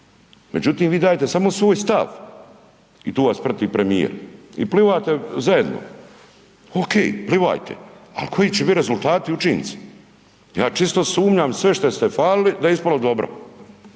Međutim vi dajete samo svoj stav i tu vas prati premijer i plivate zajedno, ok plivajte. A koji će biti rezultati i učinci? Ja čisto sumnjam sve šta ste falili da je ispalo dobro.